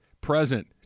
present